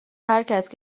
هرکس